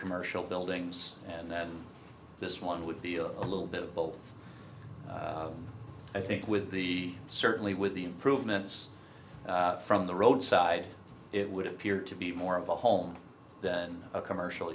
commercial buildings and this one would be a little bit of both i think with the certainly with the improvements from the roadside it would appear to be more of a home than a commercial